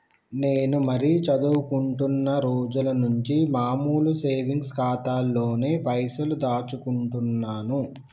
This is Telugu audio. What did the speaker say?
నేను మరీ చదువుకుంటున్నా రోజుల నుంచి మామూలు సేవింగ్స్ ఖాతాలోనే పైసలు దాచుకుంటున్నాను